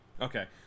Okay